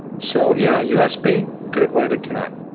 so yeah usb, good way to connect.